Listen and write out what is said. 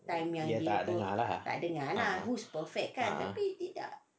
dia tak dengar lah ah ah